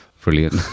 brilliant